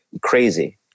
crazy